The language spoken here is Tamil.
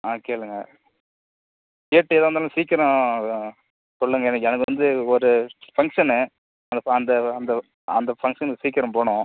ஆ கேளுங்கள் கேட்டு எதாயிருந்தாலும் சீக்கிரம் சொல்லுங்கள் எனக்கு எனக்கு வந்து ஒரு ஃபங்க்ஷனு அந்த அந்த அந்த அந்த ஃபங்க்ஷனுக்கு சீக்கிரம் போகணும்